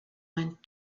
went